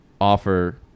offer